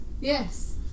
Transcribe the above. Yes